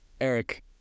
Eric